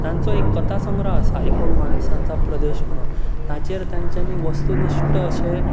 तांचो एक कथा संग्रह आसा एकूण माणसांचा प्रदेश म्हणून ताचेर तांच्यानी वस्तुनिश्ट अशें